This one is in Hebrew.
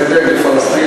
זה דגל פלסטין,